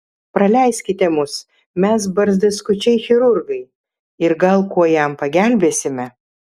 praleiskite mus mes barzdaskučiai chirurgai ir gal kuo jam pagelbėsime